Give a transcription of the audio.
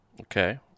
Okay